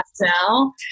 now